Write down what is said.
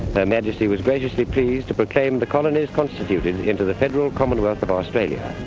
her majesty was graciously pleased to proclaim the colonies constituted into the federal commonwealth of australia.